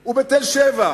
ובתל-שבע,